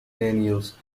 daniels